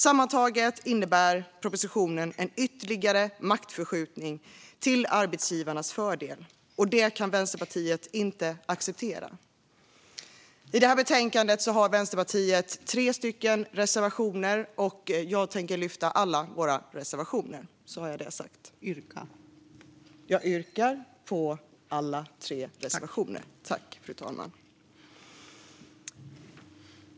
Sammantaget innebär propositionen en ytterligare maktförskjutning till arbetsgivarnas fördel. Det kan Vänsterpartiet inte acceptera. I det här betänkandet har Vänsterpartiet tre reservationer. Jag yrkar bifall till dem alla.